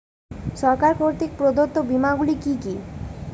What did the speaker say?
সরকার কর্তৃক প্রদত্ত বিমা গুলি কি কি?